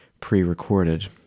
pre-recorded